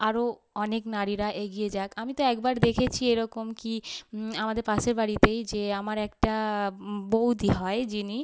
আরো অনেক নারীরা এগিয়ে যাক আমি তো একবার দেখেছি এরকম কি আমাদের পাশের বাড়িতেই যে আমার একটা বউদি হয় যিনি